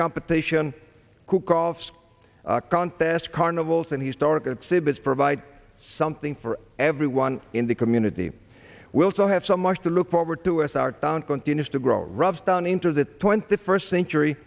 competition cuckolds contest carnivals and he started at c b s provide something for everyone in the community we also have so much to look forward to as our town continues to grow rough down into the twenty first century